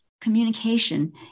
communication